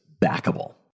backable